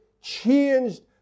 changed